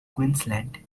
queensland